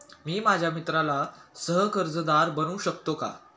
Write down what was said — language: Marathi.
मी माझ्या मित्राला सह कर्जदार बनवू शकतो का?